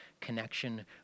connection